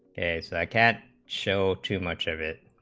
as i can't show too much of it,